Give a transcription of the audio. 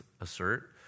assert